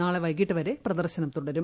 നാളെ വൈകീട്ട് വരെ പ്രദർശനം തുടരും